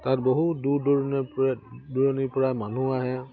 তাত বহুত দূৰ দূৰণিৰ পৰে দূৰণিৰ পৰা মানুহ আহে